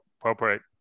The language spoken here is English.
appropriate